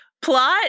Plot